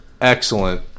excellent